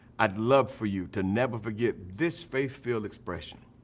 i'd love for you to never forget this bayfield expression.